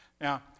Now